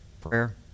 Prayer